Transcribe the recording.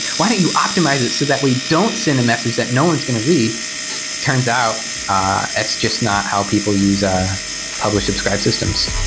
why do you optimize it so that we don't send the message that no one is going to read? it turns out it's just not how people use a publish-subscribe systems.